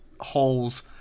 holes